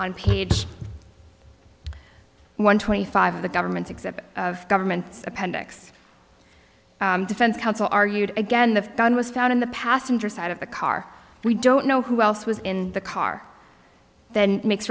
on page one twenty five of the government's exhibit government appendix defense counsel argued again the gun was found in the passenger side of the car we don't know who else was in the car then makes